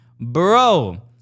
Bro